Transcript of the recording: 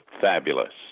fabulous